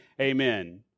amen